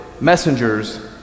messengers